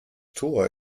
tor